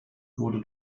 wurde